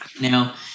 Now